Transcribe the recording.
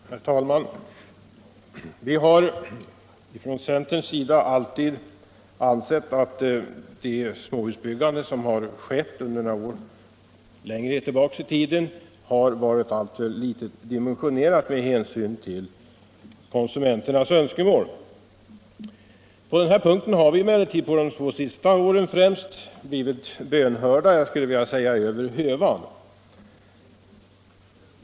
Herr talman! Vi har från centerns sida alltid ansett att det småhusbyggande som skett längre tillbaka i tiden har haft alltför små dimensioner med hänsyn till konsumenternas önskemål. På den här punkten har vi emellertid under de två senaste åren blivit bönhörda — jag skulle vilja säga över hövan.